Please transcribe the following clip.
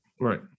Right